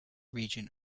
region